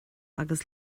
agus